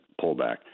pullback